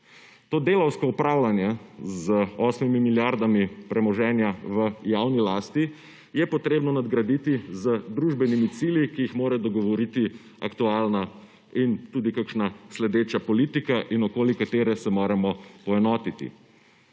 To delavsko upravljanje z 8 milijardami premoženja v javni lasti je treba nadgraditi z družbenimi cilji, ki jih mora dogovoriti aktualna in tudi kakšna sledeča politika, okoli katere se moramo poenotiti.